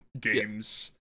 games